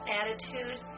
attitude